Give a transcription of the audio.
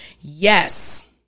Yes